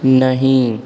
नहीं